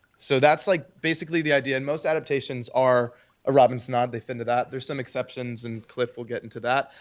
so that's like, basically the idea and most adaptations are a robinsonade they fit into that there's some exceptions and cliff we'll get into that.